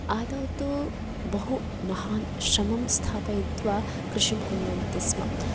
आदौ तु बहु महान् श्रमं स्थापयित्वा कृषिं कुर्वन्ति स्म